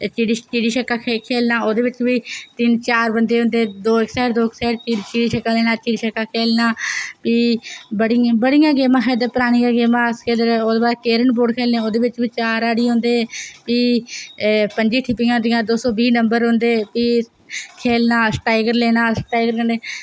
चिड़ी छिक्का खेल्लना ओह्दे बिच बी तिन चार बंदे होंदे दौं इक्क साईड दौं इक्क साईड चिड़ी छिक्का देना चिड़ी छिक्का देना प्ही बड़ियां गेमां खेल्लदे परानियां गेमां अस ते कैरम बोर्ड खेल्लदे ते ओह्दे बिच बी चार हानी होंदे प्ही पंजी ठीपियां होंदियां दो सौ बीह् नंबर होंदे फ्ही खेल्लना प्ही टाइगर लैना टाइगर कन्नै